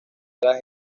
tras